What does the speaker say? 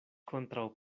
kontraŭ